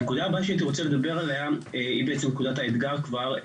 הנקודה הבאה שהייתי רוצה לדבר עליה שהיא בעצם נקודת האתגר כבר,